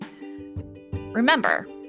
Remember